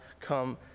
come